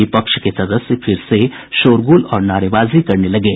विपक्ष के सदस्य फिर से शोरगुल और नारेबाजी करने लगे